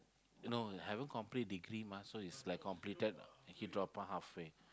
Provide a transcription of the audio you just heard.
no haven't complete degree mah so it's like completed he drop out half way